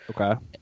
Okay